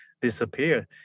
disappear